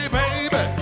baby